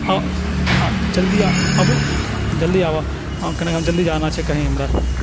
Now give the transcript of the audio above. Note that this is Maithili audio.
अऽ अऽ जल्दी आबू जल्दी आबह हँ कनि कऽ जल्दी जाना छै कनि हमरा